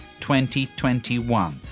2021